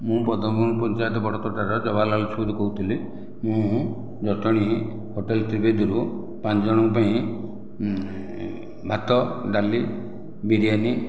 ମୁଁ ପଦ୍ମପୁର ପଞ୍ଚାୟତ ବଡ଼ତୋଟାର ଜବାହାରଲାଲ ଶୁଦ୍ କହୁଥିଲି ମୁଁ ଜଟଣୀ ହୋଟେଲ ତ୍ରିବେଦୀରୁ ପାଞ୍ଚ ଜଣଙ୍କ ପାଇଁ ଭାତ ଡାଲି ବିରିୟାନୀ